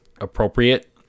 appropriate